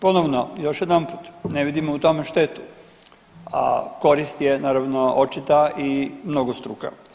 Ponovno još jedanput ne vidimo u tome štetu, a korist je naravno očita i mnogostruka.